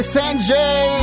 Sanjay